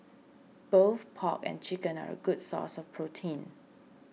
both pork and chicken are a good source of protein